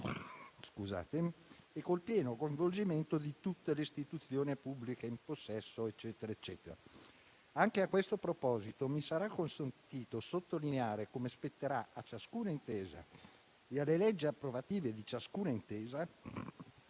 e con pieno coinvolgimento di tutte le istituzioni pubbliche in possesso delle opportune competenze, eccetera. Anche a questo proposito mi sarà consentito sottolineare come spetterà a ciascuna intesa e alle leggi approvative di ciascuna intesa